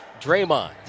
Draymond